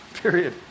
Period